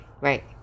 Right